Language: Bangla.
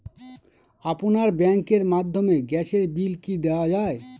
আপনার ব্যাংকের মাধ্যমে গ্যাসের বিল কি দেওয়া য়ায়?